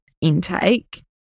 intake